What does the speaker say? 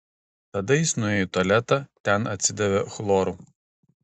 tada jis nuėjo į tualetą ten atsidavė chloru